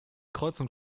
kreuzung